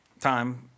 time